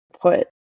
put